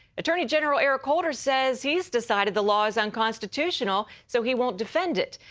attorney general eric holder says he has decided the law is unconstitutional, so he won't defend it.